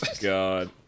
God